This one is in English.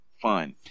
Fun